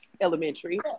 elementary